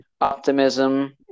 optimism